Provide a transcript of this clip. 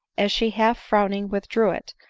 as she half-frowning withdrew it,